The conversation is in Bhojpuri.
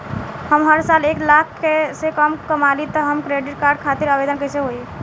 हम हर साल एक लाख से कम कमाली हम क्रेडिट कार्ड खातिर आवेदन कैसे होइ?